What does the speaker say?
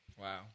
Wow